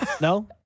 No